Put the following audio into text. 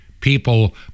People